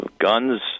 guns